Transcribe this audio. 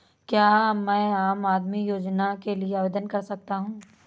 क्या मैं आम आदमी योजना के लिए आवेदन कर सकता हूँ?